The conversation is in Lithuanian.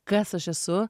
kas aš esu